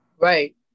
Right